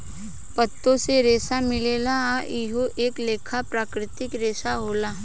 पातो से रेसा मिलेला आ इहो एक लेखा के प्राकृतिक रेसा होला